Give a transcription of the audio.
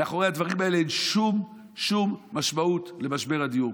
מאחורי הדברים הללו אין שום משמעות למשבר הדיור.